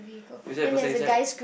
is there a person inside